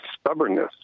stubbornness